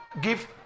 give